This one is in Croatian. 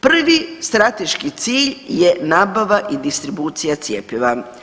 Prvi strateški cilj je nabava i distribucija cjepiva.